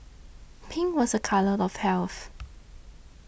pink was a colour of health